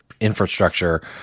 infrastructure